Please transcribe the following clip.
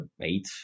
eight